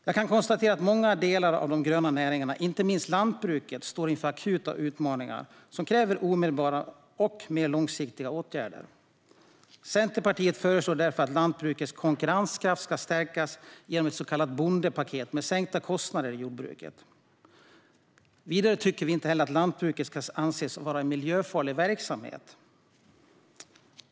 Jag kan konstatera att många delar av de gröna näringarna, inte minst lantbruket, står inför akuta utmaningar som kräver omedelbara och mer långsiktiga åtgärder. Centerpartiet föreslår därför att lantbrukets konkurrenskraft ska stärkas genom ett så kallat bondepaket med sänkta kostnader i jordbruket. Vidare tycker vi inte att lantbruket ska ses som en miljöfarlig verksamhet.